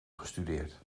gestudeerd